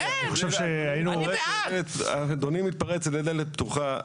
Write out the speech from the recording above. אני חושב שהיינו --- אדוני מתפרץ לדלת פתוחה.